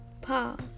Pause